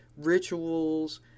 rituals